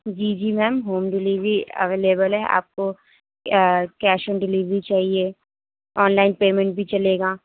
جی جی ma'am home delivery available ہے آپ کو کیش آن ڈلیوری چاہیے آنلائن پیمنٹ بھی چلے گا